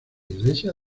iglesia